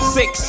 six